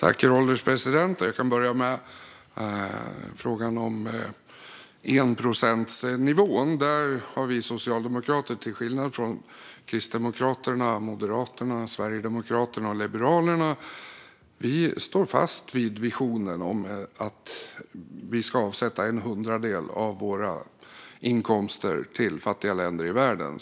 Herr ålderspresident! Jag kan börja med frågan om enprocentsmålet. Vi socialdemokrater står till skillnad från Kristdemokraterna, Moderaterna, Sverigedemokraterna och Liberalerna fast vid visionen att vi ska avsätta en hundradel av våra inkomster till fattiga länder i världen.